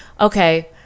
okay